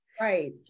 Right